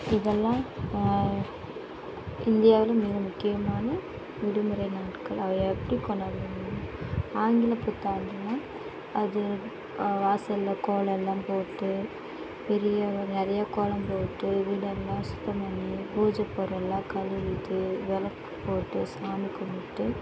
இதெல்லாம் இந்தியாவில் மிக முக்கியமான விடுமுறை நாட்கள் அதை எப்படி கொண்டாடுகிறோன்னா ஆங்கில புத்தாண்டுன்னா அது வாசல்ல கோலம்லாம் போட்டு பெரிய அளவில் நிறைய கோலம் போட்டு வீடெல்லாம் சுத்தம் பண்ணி பூஜை பொருள்லாம் கழுவிட்டு விளக்கு போட்டு சாமி கும்பிட்டு